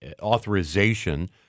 authorization